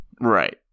Right